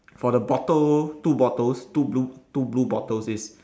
for the bottle two bottles two blue two blue bottles is